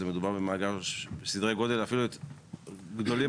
מדובר במאגר בסדרי גודל אפילו גדולים